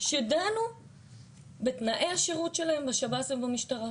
שדנו בתנאי השירות שלהם בשב"ס או במשטרה.